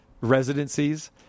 residencies